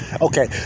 okay